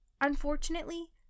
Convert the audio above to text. Unfortunately